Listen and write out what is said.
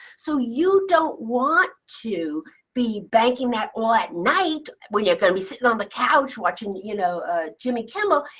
so you don't want to be banking at all at night when you can be sitting on the couch watching you know ah jimmy kimmel.